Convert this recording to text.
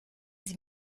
sie